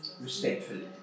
respectfully